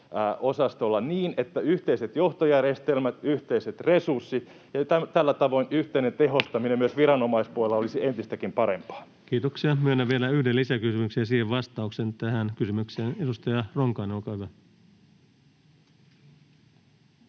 kyberosastolla, niin että yhteiset johtojärjestelmät, yhteiset resurssit ja tällä tavoin yhteinen tehostaminen myös viranomaispuolella olisivat entistäkin parempia. Kiitoksia. — Myönnän vielä yhden lisäkysymyksen tähän kysymykseen ja siihen vastauksen. — Edustaja Ronkainen, olkaa hyvä.